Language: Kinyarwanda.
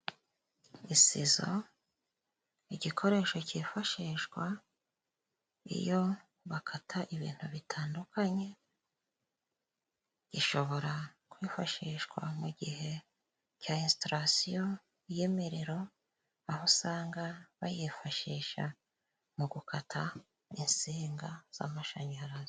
Isizo igikoresho cyifashishwa iyo bakata ibintu bitandukanye gishobora kwifashishwa mu gihe cya instoration y'imiriro aho usanga bayifashisha mu gukata insega z'amashanyarazi.